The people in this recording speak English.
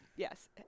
Yes